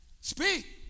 speak